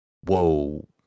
whoa